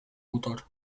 autor